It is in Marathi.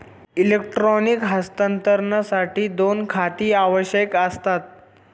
इलेक्ट्रॉनिक हस्तांतरणासाठी दोन खाती आवश्यक असतात